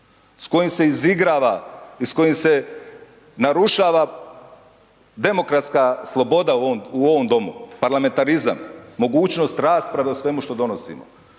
s kojim se izigrava i s kojim se narušava demokratska sloboda u ovom domu, parlamentarizam, mogućnost rasprave o svemu što donosimo.